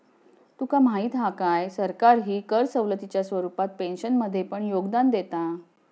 तुका माहीत हा काय, सरकारही कर सवलतीच्या स्वरूपात पेन्शनमध्ये पण योगदान देता